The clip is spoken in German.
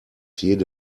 jede